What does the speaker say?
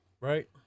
right